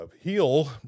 heal